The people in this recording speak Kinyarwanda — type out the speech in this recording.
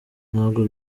ntabwo